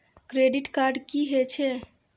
Credit card की हे छे?